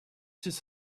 this